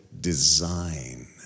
design